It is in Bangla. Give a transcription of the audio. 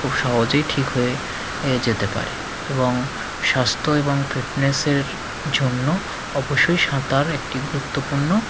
খুব সহজেই ঠিক হয়ে এ যেতে পারে এবং স্বাস্থ এবং ফিটনেসের জন্য অবশ্যই সাঁতার একটি গুরুত্বপূর্ণ